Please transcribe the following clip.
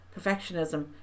perfectionism